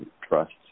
trust